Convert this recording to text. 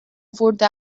wurde